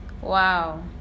Wow